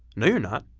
no you're not.